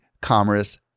commerce